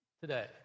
today